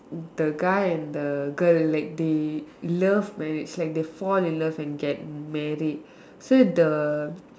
the guy and the girl like they love marriage so they fall in love and get married so the